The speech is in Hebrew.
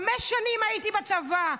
חמש שנים הייתי בצבא.